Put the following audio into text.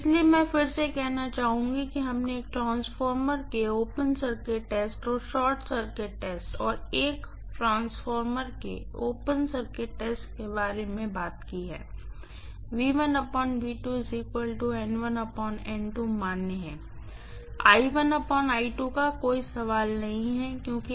इसलिए मैं सिर्फ फिर से कहना चाहूंगी हमने एक ट्रांसफॉर्मर के ओपन सर्किट टेस्ट और शॉर्ट सर्किट टेस्ट और एक ट्रांसफॉर्मर के ओपन सर्किट टेस्ट के बारे में ही बात की है मान्य है का कोई सवाल नहीं है क्योंकि